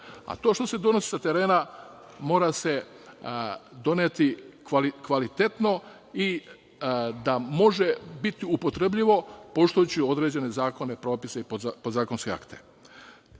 To što se donosi sa terena mora se doneti kvalitetno i da može biti upotrebljivo, poštujući određene zakone, propise i podzakonske akte.